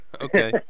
Okay